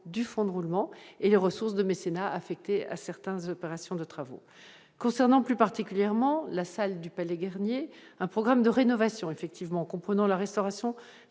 du fonds de roulement et les ressources de mécénat affectés à certains opération de travaux concernant plus particulièrement la salle du Palais Garnier un programme de rénovation effectivement comprenant la restauration